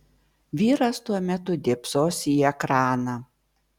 vyras tuo metu dėbsos į ekraną